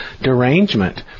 derangement